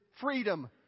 freedom